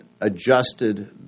adjusted